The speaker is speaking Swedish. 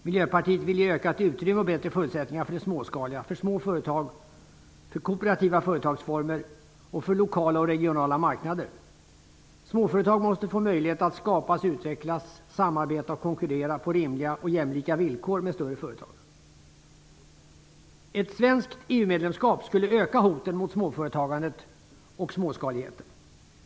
Miljöpartiet vill ge ökat utrymme och bättre förutsättningar för små företag, för kooperativa företagsformer och för lokala och regionala marknader. Småföretagen måste få möjlighet att skapas och utvecklas, samarbeta och konkurrera på rimliga och jämlika villkor med större företag. Ett svenskt EU-medlemskap skulle öka hoten mot småföretagandet och småskaligheten.